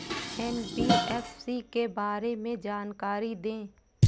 NBFC के बारे में जानकारी दें?